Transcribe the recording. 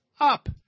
up